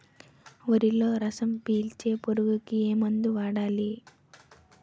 వరిలో రసం పీల్చే పురుగుకి ఏ మందు వాడాలి?